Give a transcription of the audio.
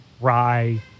rye